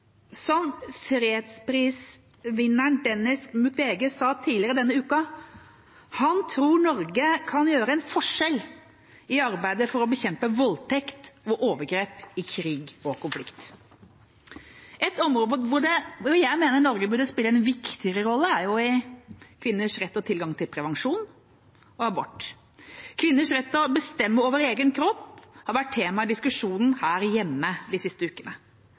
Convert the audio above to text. sikkerhetsråd. Fredsprisvinner Denis Mukwege sa tidligere denne uka at han tror Norge kan gjøre en forskjell i arbeidet for å bekjempe voldtekt og overgrep i krig og konflikt. Et område hvor jeg mener Norge burde spille en viktigere rolle, er når det gjelder kvinners rett og tilgang til prevensjon og abort. Kvinners rett til å bestemme over egen kropp har vært tema i diskusjonen her hjemme de siste ukene.